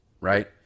right